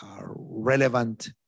relevant